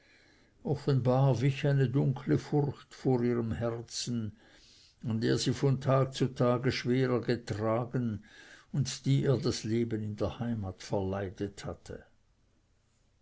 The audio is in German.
offenbar wich eine dunkle furcht von ihrem herzen an der sie von tage zu tage schwerer getragen und die ihr das leben in der heimat verleidet hatte